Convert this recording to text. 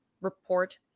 report